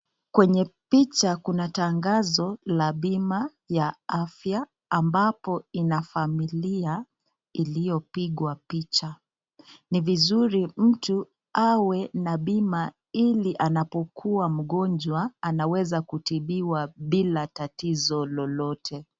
Kwenye picha kuna tangazo la bima ya afya ambapo inafamilia iliopigwa picha. Ni vizuri mtu awe na bima ilianapo kuwa mgonjwa anaweza kutibiwa bila tatizo lolote.